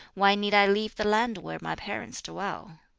why need i leave the land where my parents dwell?